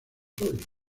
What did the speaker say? hoy